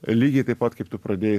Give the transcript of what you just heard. lygiai taip pat kaip tu pradėjai